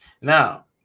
Now